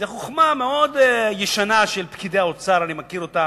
זו חוכמה מאוד ישנה של פקידי האוצר, אני מכיר אותה